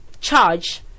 charge